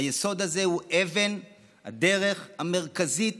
היסוד הזה הוא אבן הדרך המרכזית